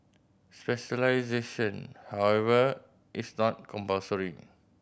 specialisation however is not compulsory